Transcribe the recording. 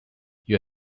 you